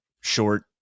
short